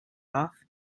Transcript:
off